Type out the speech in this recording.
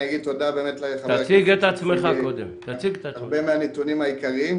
אני אגיד תודה באמת לחבר הכנסת סעדי שהציג כבר הרבה מהנתונים העיקריים,